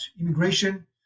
immigration